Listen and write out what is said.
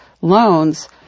loans